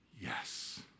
yes